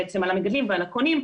המגדלים ועל הקונים,